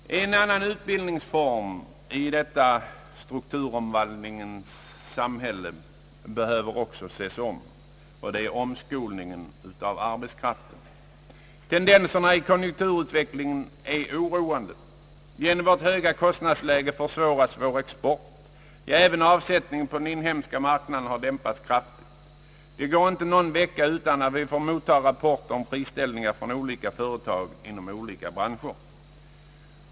En annan utbildningsform i detta strukturomvandlingens samhälle behöver också ses över, och det är omskolningen av arbetskraften. Tendenserna i konjunkturutvecklingen är oroande. På grund av vårt höga kostnadsläge försvåras vår export. Även avsättningen på den inhemska marknaden har dämpats kraftigt. Det går inte någon vecka utan att vi får motta rapporter om friställningar från olika företag inom olika branscher.